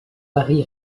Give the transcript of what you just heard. paris